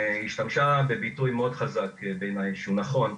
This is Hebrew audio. היא השתמשה בביטוי מאוד חזק בעיניי, שהוא נכון,